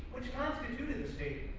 which constituted the state,